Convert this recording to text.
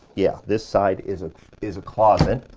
yeah, this side is ah is a closet.